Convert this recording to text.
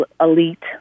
elite